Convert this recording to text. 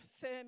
firm